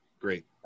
Great